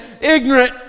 ignorant